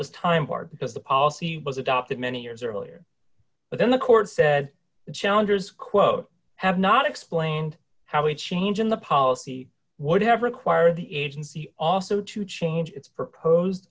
was time part of the policy was adopted many years earlier but then the court said the challengers quote have not explained how any change in the policy would have required the agency also to change its propose